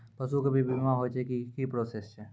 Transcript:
पसु के भी बीमा होय छै, की प्रोसेस छै?